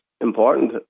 important